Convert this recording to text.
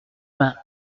vingt